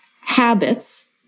habits